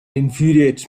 infuriates